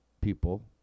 people